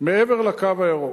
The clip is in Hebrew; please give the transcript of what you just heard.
מעבר ל"קו הירוק".